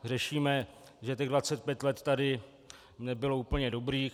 Řešíme, že těch 25 let tady nebylo úplně dobrých.